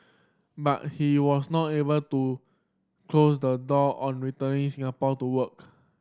but he was not able to close the door on returning Singapore to work